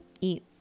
eat